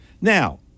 Now